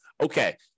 okay